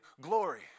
glory